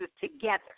together